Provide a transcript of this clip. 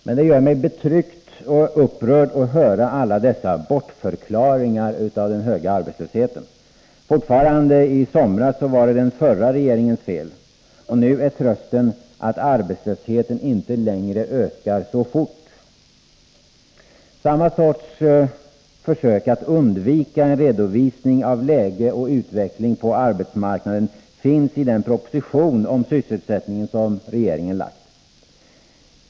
Men det gör mig betryckt och upprörd att höra alla dessa bortförklaringar av den höga arbetslösheten. Ännu i somras var det den förra regeringens fel. Nu är trösten att arbetslösheten inte längre ökar så fort. Samma sorts försök att undvika en redovisning av läge och utveckling på arbetsmarknaden finns i den proposition om sysselsättningen som regeringen har lagt.